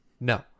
No